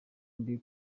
mbi